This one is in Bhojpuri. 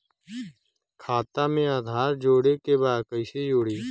खाता में आधार जोड़े के बा कैसे जुड़ी?